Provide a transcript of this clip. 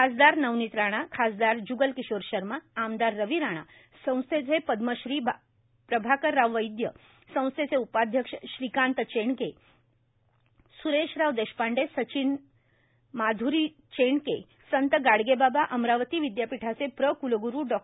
खासदार नवनीत राणार खासदार जुगलकिशोर शर्माए आमदार रवी राणार संस्थेचे पदमश्री प्रभाकरराव वैदयए संस्थेचे उपाध्यक्ष श्रीकांत चेंडकेए सुरेशराव देशपांडेए सचिव माध्री चेंडकेए संत गाडगेबाबा अमरावती विदयापीठाचे प्र कुलगुरू डॉ